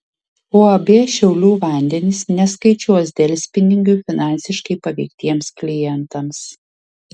uab šiaulių vandenys neskaičiuos delspinigių finansiškai paveiktiems klientams